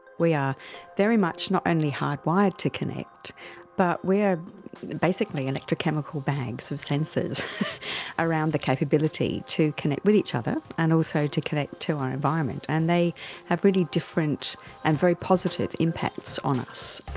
we are very much not only hardwired to connect but we are basically electrochemical banks of sensors around the capability to connect with each other and also to connect to our environment, and they have really different and very positive impacts on us.